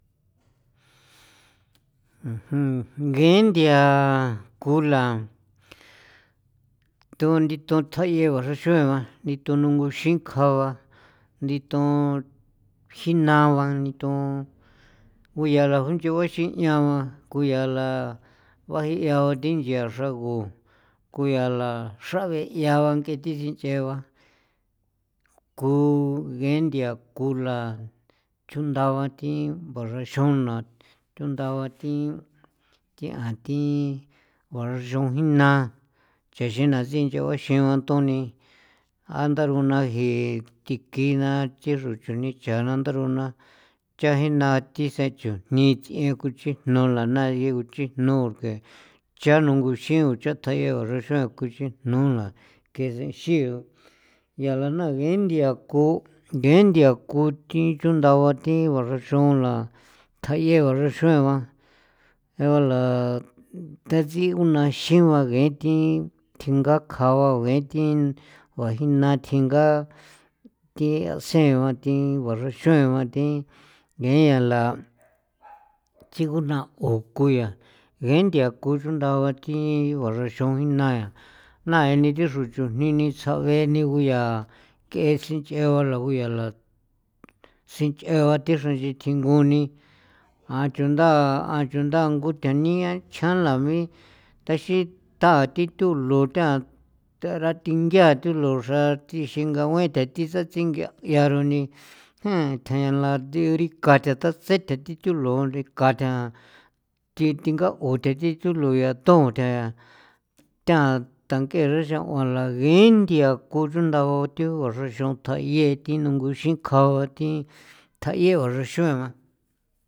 ngee nthia kula tundi thun thja' ye ba thi jua xra xaoen ba ni thununxinkja ba na nditon jinaua ba nditon juiya la ba nchi ngaxi ñaa ba kuyala bajiao ba thi nchia xrago ku yala xra beyaa ba ke thi sinch'ee ba ku geenthia kula chunda ba thi ba xrax'ona thunda ba thi thi an thi guaxraxaon jina chjaxena sinchaguaxi ban toni andaro naa jii thiki na thi xro chu nichjaa na ndachro na chaa jii naa thi sen chujni tsiee kuchijno lanaye kuchijno porque cha nunguxiun cha thjayee xraxaon kuxijnola ke sen xiin yala na ngee nthia ko ngee nthia ku thi chunda ba thi juaxraxaon la tjayee ba juaxraxaoen ba jela ba ta tsin konanxin ba ngee thi thingakja ba ngee thi bajina thjingaa thi ansee ba thi juaxraxaoen ba thi nge yala chigu nao kon ya ngee nthia kon chunda ba thi juaxraxaoni na nai ni tho xro chujni ni tsja'gee ni ngu yaa ke sinch'ee ba yaa nguyala sinch'ee ba thi xranchithjingu ni ja'a chundaa ja'a chundaa ngu thjania chjanlami taxin ta thigu thulo tha tarathengia thulo xra thi xingague ta thi satsingia'a roni thjenla thi rika tatse thi ta thi thulo rikathaan thi thingau thi thulo loya ton tha than tang'ee xraxaon guala ngee thia ku chunda ba thi juaxraxaon tjayee thi ngu nuxinkjao thi thjayee juaxraxaon ba.